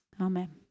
Amen